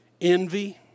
Envy